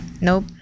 Nope